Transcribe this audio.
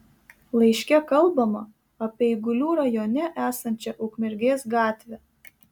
laiške kalbama apie eigulių rajone esančią ukmergės gatvę